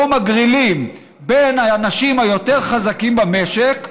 שבו מגרילים בין האנשים היותר-חזקים במשק,